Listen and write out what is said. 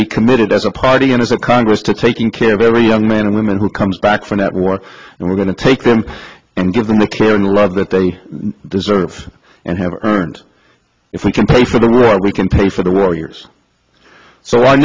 be committed as a party and as a congress to taking care of every young men and women who comes back from that war and we're going to take them and give them the care and love that they deserve and have earned if we can pay for the war we can pay for the war years so our